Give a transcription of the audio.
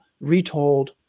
retold